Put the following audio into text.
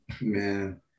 man